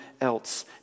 else